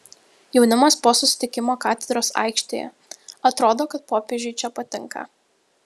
jaunimas po susitikimo katedros aikštėje atrodo kad popiežiui čia patinka